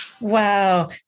Wow